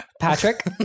Patrick